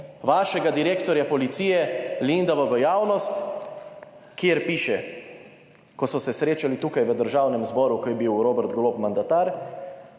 vašega direktorja policije Lendava v javnost, kjer piše, ko so se srečali tukaj v Državnem zboru, ko je bil Robert Golob mandatar: